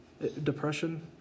Depression